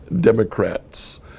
Democrats